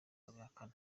babihakana